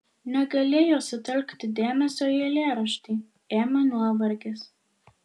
negalėjo sutelkti dėmesio į eilėraštį ėmė nuovargis